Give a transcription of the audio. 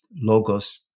logos